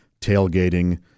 tailgating